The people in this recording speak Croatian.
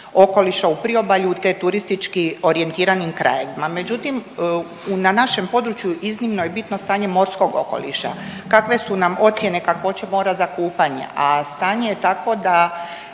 okoliša u priobalju, te turistički orijentiranim krajevima, međutim na našem području iznimno je bitno stanje morskog okoliša, kakve su nam ocjene kakvoće mora za kupanje, a stanje je takvo da